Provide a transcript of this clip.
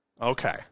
okay